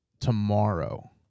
tomorrow